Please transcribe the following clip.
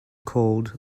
called